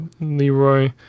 Leroy